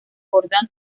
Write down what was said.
jordan